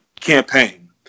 campaign